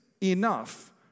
enough